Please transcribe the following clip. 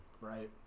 right